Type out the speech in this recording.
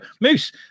Moose